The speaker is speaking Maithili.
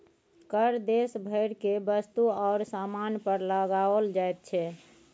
कर देश भरि केर वस्तु आओर सामान पर लगाओल जाइत छै